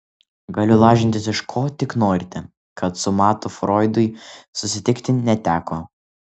galiu lažintis iš ko tik norite kad su matu froidui susitikti neteko